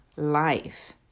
Life